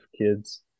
kids